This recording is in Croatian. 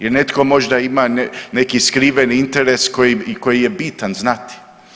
Jer netko možda ima neki skriveni interes koji je bitan znati.